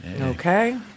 Okay